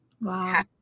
Wow